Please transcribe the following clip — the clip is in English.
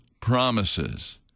promises